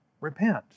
repent